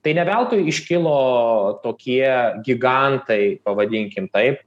tai ne veltui iškilo tokie gigantai pavadinkim taip